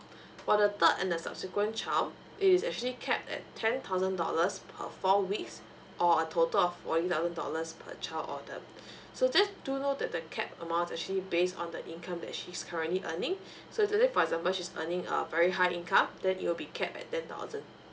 for the third and the subsequent child it is actually capped at ten thousand dollars per four weeks or a total of forty thousand dollars per child order so just do know that the cap amount is actually based on the income that she's currently earning so let's say for example she's earning a very high income then it will be capped at ten thousand